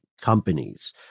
companies